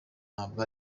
ntabwo